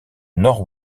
nord